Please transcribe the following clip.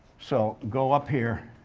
so, go up here,